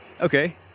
okay